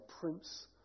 Prince